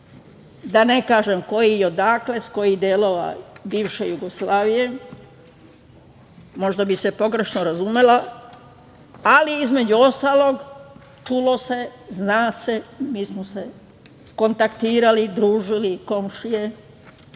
da ne kažem koji odakle, sa kojih delova bivše Jugoslavije, možda bi se pogrešno razumelo, ali između ostalog čulo se, zna se, mi smo se kontaktirali, družili komšije.